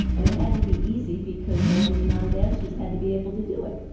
and it had to be easy because all these non-dancers had to be able to do it.